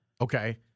Okay